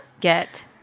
Get